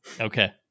Okay